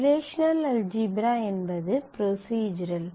relational algebra என்பது ப்ரொஸிஸ்ரல்